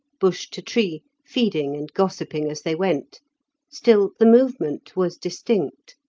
bush to tree, feeding and gossiping as they went still the movement was distinct.